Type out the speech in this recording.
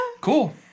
Cool